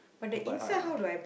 bite hard ah